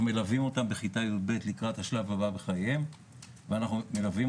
אנחנו מלווים אותם בכיתה יב' לקראת השלב הבא בחייהם ואנחנו מלווים